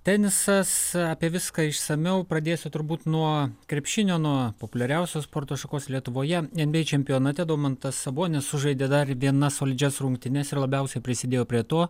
tenisas apie viską išsamiau pradėsiu turbūt nuo krepšinio nuo populiariausios sporto šakos lietuvoje nba čempionate domantas sabonis sužaidė dar vienas solidžias rungtynes ir labiausia prisidėjo prie to